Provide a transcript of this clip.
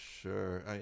sure